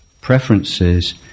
preferences